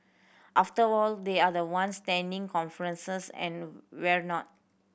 after all they are the ones tending conferences and whatnot